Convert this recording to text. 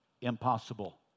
impossible